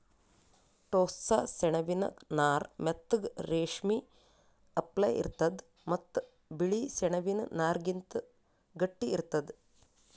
ಟೋಸ್ಸ ಸೆಣಬಿನ್ ನಾರ್ ಮೆತ್ತಗ್ ರೇಶ್ಮಿ ಅಪ್ಲೆ ಇರ್ತದ್ ಮತ್ತ್ ಬಿಳಿ ಸೆಣಬಿನ್ ನಾರ್ಗಿಂತ್ ಗಟ್ಟಿ ಇರ್ತದ್